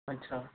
ਅੱਛਾ